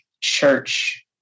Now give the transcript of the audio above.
church